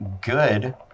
good